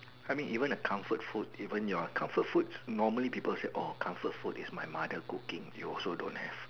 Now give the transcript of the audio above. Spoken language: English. I mean even a comfort food even your comfort food normally people say orh comfort food is my mother cooking you also don't have